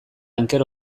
anker